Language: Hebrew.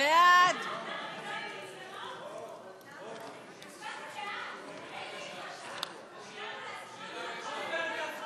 עתיד וקבוצת סיעת המחנה הציוני לסעיף 37 לא נתקבלה.